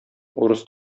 урыс